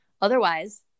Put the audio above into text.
otherwise